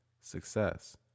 success